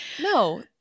No